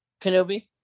Kenobi